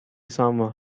summer